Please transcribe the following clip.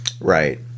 right